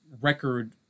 record